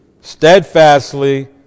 steadfastly